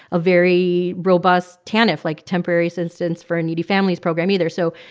a very robust tanf like, temporary assistance for needy families program either so,